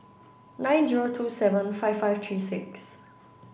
nine zero two seven five five three six